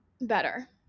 better